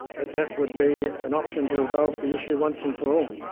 that that would be an option to resolve the issue once and for all.